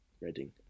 Reading